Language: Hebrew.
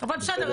אבל בסדר,